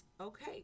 okay